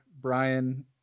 Brian